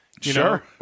sure